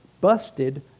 busted